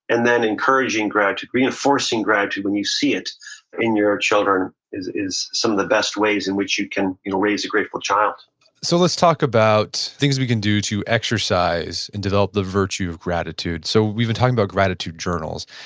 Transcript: and then encouraging gratitude, reinforcing gratitude when you see it in your children is is some of the best ways in which you can you know raise a grateful child so let's talk about things we can do to exercise and develop the virtue of gratitude. so we've been talking about gratitude journals.